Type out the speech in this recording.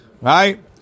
right